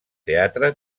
teatre